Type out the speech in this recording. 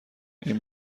این